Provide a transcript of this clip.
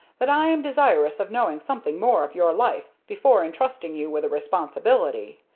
that i am desirous of knowing something more of your life before intrusting you with a responsibility.